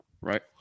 right